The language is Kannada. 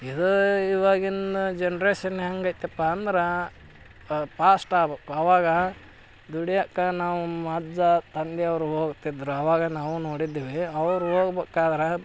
ಇದು ಇವಾಗಿನ ಜನ್ರೇಶನ್ ಹೆಂಗೈತಪ್ಪ ಅಂದ್ರೆ ಪಾಸ್ಟ್ ಆಗಬೇಕು ಅವಾಗ ದುಡಿಯಕ್ಕೆ ನಮ್ಮ ಅಜ್ಜ ತಂದೆಯವ್ರು ಹೋಗ್ತಿದ್ದರು ಅವಾಗ ನಾವೂ ನೋಡಿದ್ವಿ ಅವ್ರು ಹೋಗ್ಬೇಕಾದ್ರ